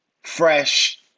fresh